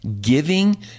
giving